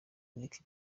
nick